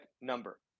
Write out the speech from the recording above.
number